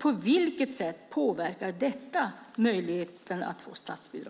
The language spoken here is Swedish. På vilket sätt påverkar detta möjligheten att få statsbidrag?